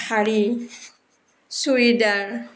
শাৰী চুৰিদাৰ